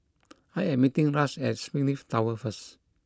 I am meeting Ras at Springleaf Tower first